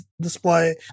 display